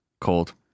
Cold